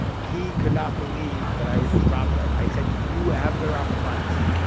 he could not believe that i would just drop it. i said you haven't been around for months.